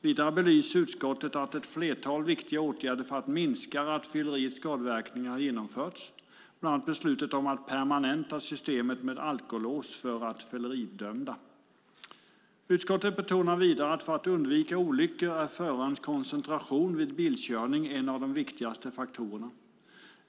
Vidare belyser utskottet att ett flertal viktiga åtgärder för att minska rattfylleriets skadeverkningar har genomförts, bland annat beslutet att permanenta systemet med alkolås för rattfylleridömda. Utskottet betonar vidare att för att undvika olyckor är förarens koncentration vid bilkörning en av de viktigaste faktorerna.